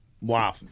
Wow